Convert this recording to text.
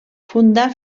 fundà